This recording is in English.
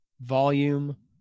volume